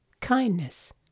Kindness